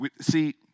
See